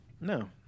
No